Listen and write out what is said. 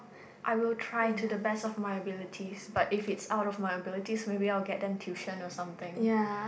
I will try to the best of my abilities but if it's out of my abilities maybe I will get them tuition or something